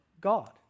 God